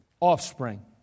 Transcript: offspring